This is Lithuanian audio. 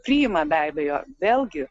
priima be abejo vėlgi